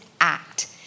act